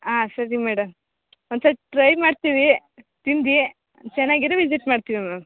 ಹಾಂ ಸರಿ ಮೇಡಮ್ ಒಂದ್ಸರ್ತಿ ಟ್ರೈ ಮಾಡ್ತೀವಿ ತಿಂದು ಚೆನ್ನಾಗಿದ್ರೆ ವಿಸಿಟ್ ಮಾಡ್ತೀವಿ ಮ್ಯಾಮ್